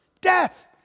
Death